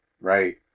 right